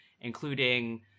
including